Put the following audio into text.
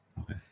Okay